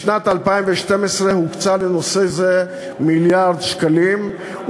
בשנת 2012 הוקצו לנושא זה מיליארד שקלים,